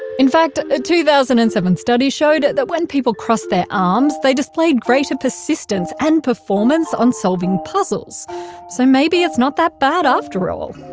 in fact, a two thousand and seven study showed that when people crossed their arms, they displayed greater persistence and performance on solving puzzles so maybe it's not so bad after all.